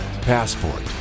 Passport